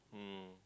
mm